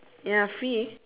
ya free